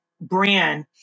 brand